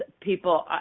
people